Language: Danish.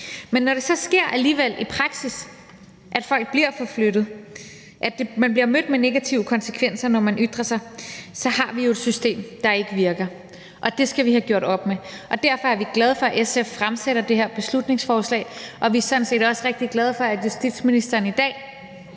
Men når det så alligevel sker i praksis, at folk bliver forflyttet, og at man bliver mødt med negative konsekvenser, når man ytrer sig, så har vi jo et system, der ikke virker, og det skal vi have gjort op med. Og derfor er vi glade for, at SF fremsætter det her beslutningsforslag, og vi er sådan set også rigtig glade for, at justitsministeren i dag